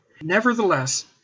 Nevertheless